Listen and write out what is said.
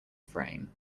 frame